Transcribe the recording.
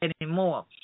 anymore